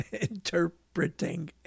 interpreting